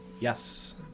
yes